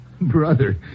Brother